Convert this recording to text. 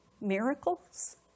miracles